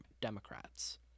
Democrats